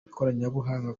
ikoranabuhanga